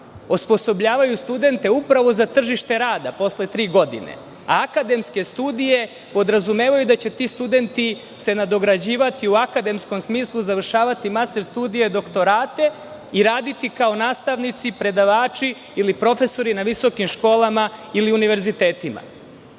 osposobljavaju studente upravo za tržište rada, posle tri godine, a akademske studije podrazumevaju da će se ti studenti nadograđivati u akademskom smislu, završavati master studije, doktorate i raditi kao nastavnici, predavači ili profesori na visokim školama ili univerzitetima.